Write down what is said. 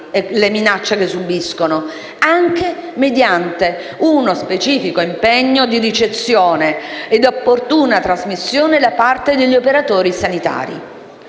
e minacce, anche mediante uno specifico impegno di ricezione e opportuna trasmissione da parte degli operatori sanitari.